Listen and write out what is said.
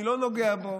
אני לא נוגע בו,